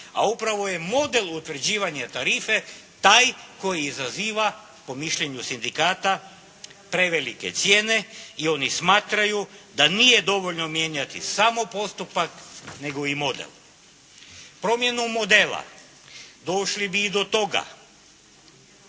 a upravo je model o utvrđivanju tarife taj koji izaziva po mišljenju sindikata prevelike cijene i oni smatraju da nije dovoljno mijenjati samo postupak nego i model. Promjenom modela došli bi i do toga